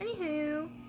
anywho